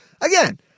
again